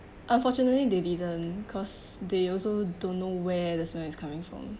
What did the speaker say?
unfortunately they didn't cause they also don't know where the smell is coming from